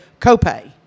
copay